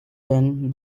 then